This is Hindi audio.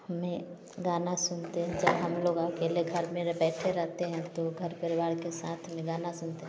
हमें गाना सुनते हैं जब हम लोग अकेले घर में बैठे रहते हैं तो घर परिवार के साथ में गाना सुनते थे